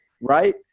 right